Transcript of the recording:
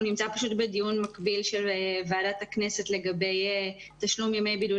הוא נמצא בדיון מקביל של ועדת הכנסת לגבי תשלום ימי בידוד